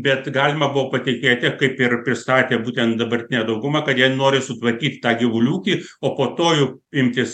bet galima buvo patikėti kaip ir pristatė būtent dabartinė dauguma kad jie nori sutvarkyti tą gyvulių ūkį o po to jau imtis